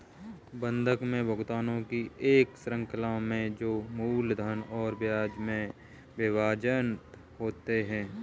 बंधक में भुगतानों की एक श्रृंखला में जो मूलधन और ब्याज में विभाजित होते है